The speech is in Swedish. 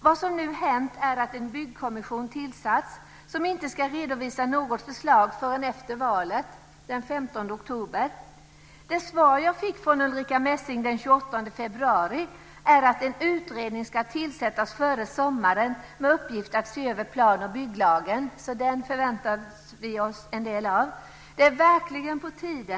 Vad som nu hänt är att en byggkommission tillsatts som inte ska redovisa något förslag förrän efter valet, den 15 oktober. Det svar jag fick från Ulrica Messing den 28 februari är att en utredning ska tillsättas före sommaren med uppgift att se över plan och bygglagen. Den förväntar vi oss en del av. Det är verkligen på tiden.